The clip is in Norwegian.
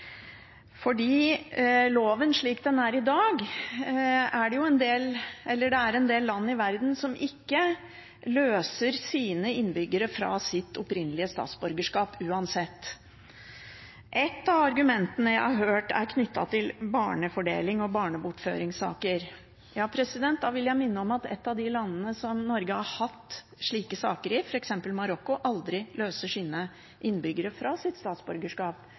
Slik det er i dag, er det en del land i verden som ikke løser sine innbyggere fra sitt opprinnelige statsborgerskap, uansett. Et av argumentene jeg har hørt, er knyttet til barnefordeling og barnebortføringssaker. Da vil jeg minne om at et av de landene som Norge har hatt slike saker i, f.eks. Marokko, aldri løser sine innbyggere fra sitt statsborgerskap,